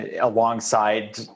alongside